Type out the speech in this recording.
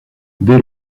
dès